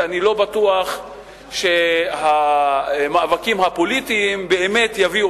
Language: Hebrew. ואני לא בטוח שהמאבקים הפוליטיים באמת יביאו